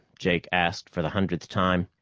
jake asked for the hundredth time.